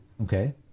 okay